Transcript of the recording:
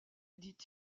dit